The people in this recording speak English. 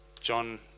John